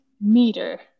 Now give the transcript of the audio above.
meter